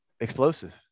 explosive